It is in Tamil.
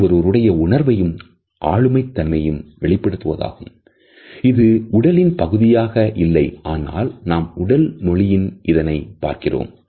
இது ஒருவருடைய உணர்வையும் ஆளுமை தன்மையையும்இது உடலில் பகுதியாக இல்லை ஆனால் நாம் உடல் மொழியில் இதனை படிக்கிறோம்